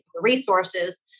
resources